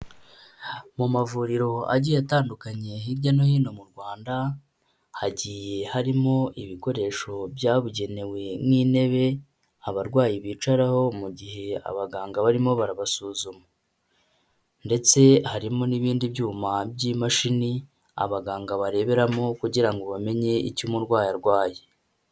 Mu mavuriro agiye atandukanye hirya no hino mu Rwanda, hagiye harimo ibikoresho byabugenewe nk'intebe abarwayi bicaraho mu gihe abaganga barimo barabasuzuma. Ndetse harimo n'ibindi byuma by'imashini, abaganga bareberamo kugira bamenye icyo umurwayi arwaye.